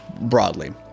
broadly